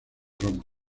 roma